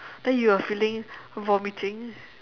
then you were feeling vomiting